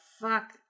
fuck